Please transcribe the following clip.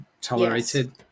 tolerated